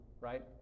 right